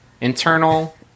internal